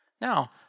Now